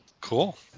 Cool